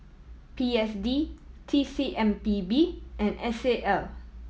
P S D T C M P B and S A L